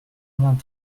vingt